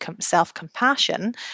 self-compassion